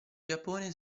giappone